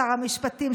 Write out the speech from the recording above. שר המשפטים,